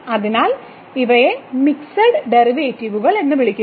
അതിനാൽ ഇവയെ മിക്സഡ് ഡെറിവേറ്റീവുകൾ എന്ന് വിളിക്കുന്നു